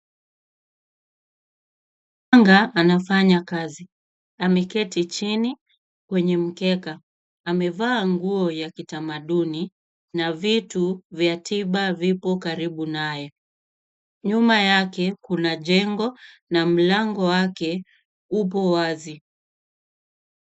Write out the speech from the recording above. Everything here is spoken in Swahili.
Mganga anafanya kazi. Ameketi chini kwenye mkeka amevaa nguo ya kitamaduni na vitu vya tiba vipo karibu naye. Nyuma yake kuna jengo na mlango wake upo wazi.